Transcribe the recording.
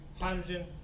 hydrogen